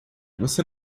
você